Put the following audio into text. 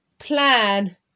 plan